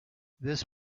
this